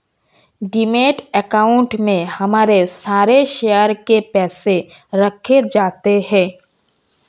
demat account में हमारे सारे शेयर के पैसे रखे जाते हैं